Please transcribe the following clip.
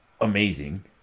amazing